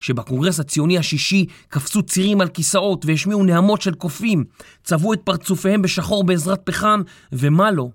שבקונגרס הציוני השישי קפצו צירים על כיסאות והשמיעו נהמות של קופים, צבעו את פרצופיהם בשחור בעזרת פחם ומה לו?